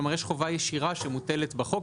זאת אומרת, יש חובה ישירה שמוטלת בחוק.